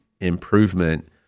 improvement